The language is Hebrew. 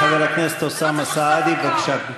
חבר הכנסת אוסאמה סעדי, בבקשה.